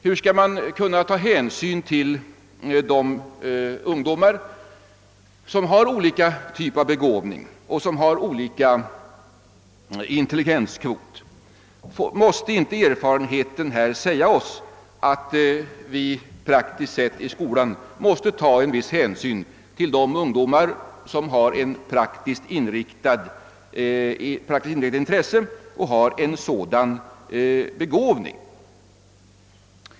Hur skall man kunna beakta det förhållandet att ungdomar har olika slag av begåvning och olika intelligenskvot? Säger inte erfarenheten oss att vi i skolan nödgas ta hänsyn även till de ungdomar som har praktiskt inriktade intressen och en praktisk begåvning?